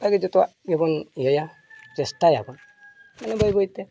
ᱚᱱᱠᱟᱜᱮ ᱡᱚᱛᱚᱣᱟᱜ ᱜᱮᱵᱚᱱ ᱤᱭᱟᱹᱭᱟ ᱪᱮᱥᱴᱟᱭᱟ ᱵᱚᱱ ᱢᱟᱱᱮ ᱵᱟᱹᱭ ᱵᱟᱹᱭᱛᱮ